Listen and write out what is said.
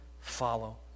follow